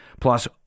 plus